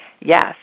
yes